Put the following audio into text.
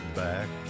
back